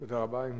תודה רבה.